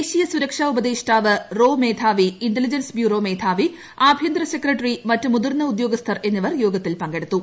ദേശീയ സുരക്ഷാ ഉപദേഷ്ടാവ് റോ മേധാവി ഇന്റലിജൻസ് ബ്യൂറോ മേധാവി ആഭ്യന്തര സെക്രട്ടറി മറ്റ് മുതിർന്ന ഉദ്യോഗസ്ഥർ എന്നിവർ യോഗത്തിൽ പങ്കെടുത്തു